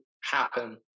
happen